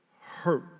hurt